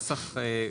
נתקבלו.